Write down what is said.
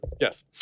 Yes